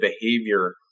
behavior